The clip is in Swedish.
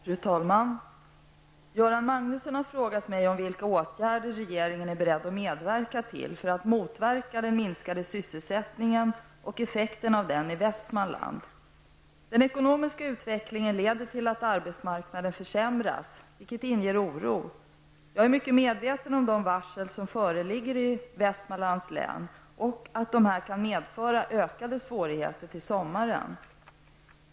Fru talman! Göran Magnusson har frågat mig om vilka åtgärder regeringen är beredd att medverka till för att motverka den minskade sysselsättningen och effekterna av den i Västmanland. Den ekonomiska utvecklingen leder till att arbetsmarknaden försämras vilket inger oro. Jag är mycket medveten om de varsel som föreligger i Västmanlands län och att dessa kan medföra ökade svårigheter till sommaren.